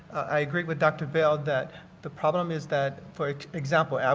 i agree with dr. bell that the problem is that, for example,